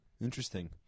interesting